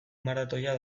maratoia